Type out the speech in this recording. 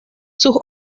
sus